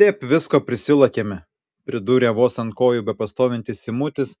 tep visko prisilakėme pridūrė vos ant kojų bepastovintis simutis